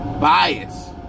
bias